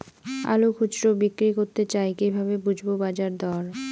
আলু খুচরো বিক্রি করতে চাই কিভাবে বুঝবো বাজার দর?